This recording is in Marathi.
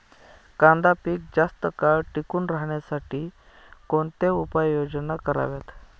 कांदा पीक जास्त काळ टिकून राहण्यासाठी कोणत्या उपाययोजना कराव्यात?